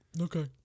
Okay